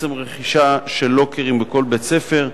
ועצם הרכישה של לוקרים בכל בית-ספר,